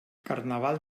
carnaval